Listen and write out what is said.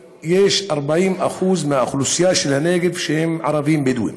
ש-40% מאוכלוסיית הנגב הם ערבים בדואים,